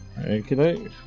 Okay